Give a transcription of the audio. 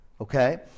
okay